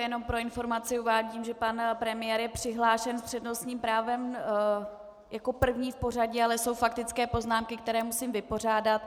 Jenom pro informaci uvádím, že pan premiér je přihlášen s přednostním právem jako první v pořadí, ale jsou faktické poznámky, které musím vypořádat.